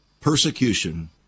persecution